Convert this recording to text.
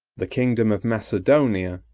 the kingdom of macedonia,